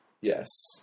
Yes